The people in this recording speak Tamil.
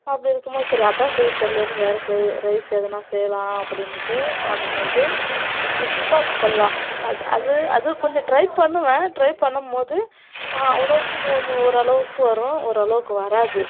அப்படி இருக்கும் போது சரி அதான் செய்ய தெரியலையேனு வேறு செய் ரைஸ் எதுனா செய்யலாம் அப்படின்னுட்டு பார்க்கும் போது பிஸிபாத் பல்லா அது அது அது கொஞ்சம் ட்ரை பண்ணுவேன் ட்ரை பண்ணும் போது அவ்வளோக்கு கொஞ்சம் ஓரளவுக்கு வரும் ஓரளவுக்கு வராது